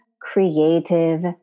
creative